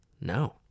No